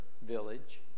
village